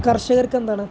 കർഷകർക്കെന്താണ്